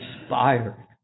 inspired